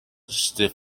stiff